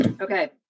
Okay